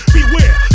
Beware